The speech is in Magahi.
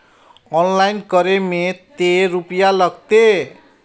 ऑनलाइन करे में ते रुपया लगते?